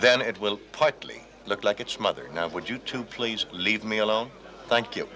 then it will partly look like its mother now would you to please leave me alone thank you